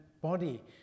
body